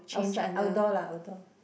outside outdoor lah outdoor